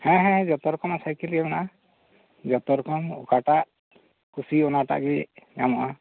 ᱦᱮᱸ ᱦᱮᱸ ᱡᱚᱛᱚ ᱨᱚᱠᱚᱢᱟᱜ ᱥᱟᱭᱠᱮᱞ ᱜᱮ ᱢᱮᱱᱟᱜᱼᱟ ᱡᱚᱛᱚ ᱨᱚᱠᱚᱢ ᱚᱠᱟᱴᱟᱜ ᱠᱩᱥᱤ ᱚᱱᱟ ᱴᱟᱜ ᱜᱮ ᱮᱢᱚᱜᱼᱟ